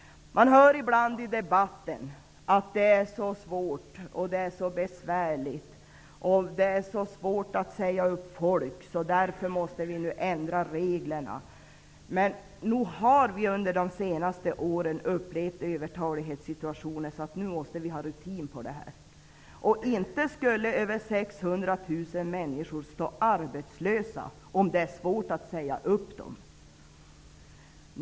Man hör ibland i debatten att det är så svårt och så besvärligt. Det är så svårt att säga upp folk, och därför måste vi nu ändra reglerna. Under de senaste åren har vi ju upplevt övertalighetssituationer, så nu måste vi ha rutin i det avseendet. Men inte skulle över 600 000 människor vara arbetslösa om det var svårt att säga upp folk.